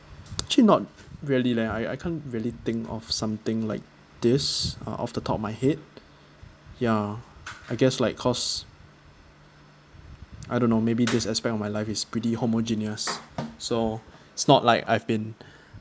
actually not really leh I I can't really think of something like this are off the top of my head ya I guess like cause I don't know maybe this aspect of my life is pretty homogeneous so it's not like I've been